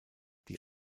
die